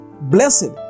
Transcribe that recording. Blessed